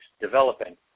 developing